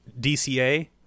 DCA